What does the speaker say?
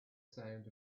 sound